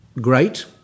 great